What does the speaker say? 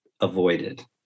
avoided